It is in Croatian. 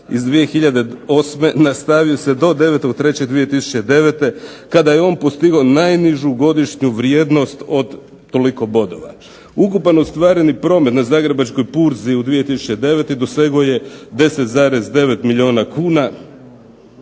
iz 2008. nastavio se do 9.3.2009. kada je on postigao najnižu godišnju vrijednost od toliko bodova. Ukupan ostvareni promet na zagrebačkoj burzi u 2009. dosegao je 10,9 milijuna kuna